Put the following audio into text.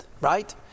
right